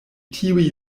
tiuj